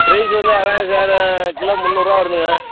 price வந்து அதாங்க sir kilo முந்நூறுரூவா வருதுங்கள்